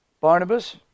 Barnabas